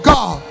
God